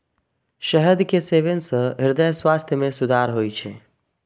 शहद के सेवन सं हृदय स्वास्थ्य मे सुधार होइ छै